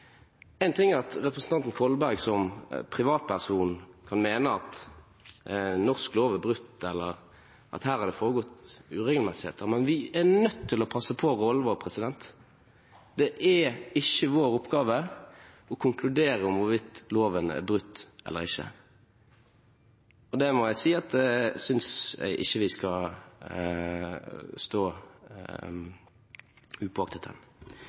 ting er at representanten Kolberg som privatperson kan mene at norsk lov er brutt, eller at det her har forekommet uregelmessigheter, men vi er nødt til å passe på rollen vår. Det er ikke vår oppgave å konkludere om hvorvidt loven er brutt eller ikke. Det må jeg si at jeg ikke synes skal gå upåaktet hen.